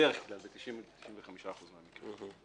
בדרך כלל, זה 90%-95% מהמקרים.